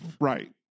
Right